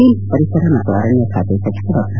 ಕೇಂದ್ರ ಪರಿಸರ ಮತ್ತು ಅರಣ್ಯ ಖಾತೆ ಸಚಿವ ಡಾ